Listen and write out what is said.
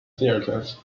theatres